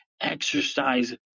exercise